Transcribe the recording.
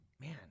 Man